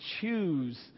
choose